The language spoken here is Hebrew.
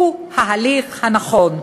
הוא ההליך הנכון.